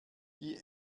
die